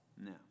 No